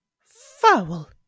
foul